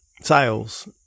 sales